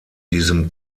diesem